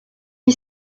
vie